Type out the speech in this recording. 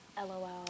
lol